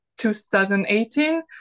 2018